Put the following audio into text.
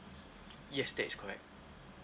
yes that is correct